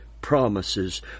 promises